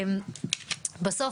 בסוף,